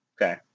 Okay